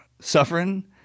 suffering